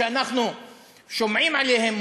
שאנחנו שומעים עליהם,